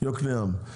יוקנעם,